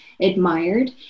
admired